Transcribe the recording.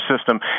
system